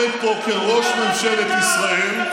אני עומד פה כראש ממשלת ישראל,